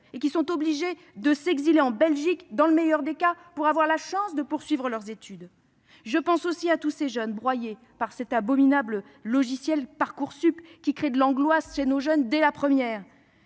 master, sont obligés de s'exiler en Belgique, dans le meilleur des cas, pour avoir une chance de continuer leur cursus. Je pense aussi à tous ces jeunes broyés par cet abominable logiciel Parcoursup, qui crée de l'angoisse chez les élèves dès la première